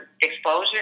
exposure